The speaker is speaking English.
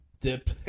dip